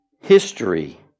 History